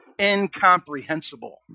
incomprehensible